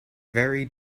very